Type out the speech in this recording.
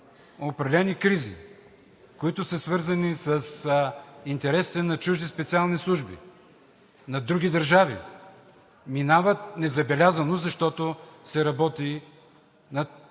определени кризи, свързани с интересите на чужди специални служби на други държави, минават незабелязано, защото се работи на тайния